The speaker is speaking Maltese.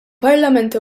parlament